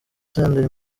senderi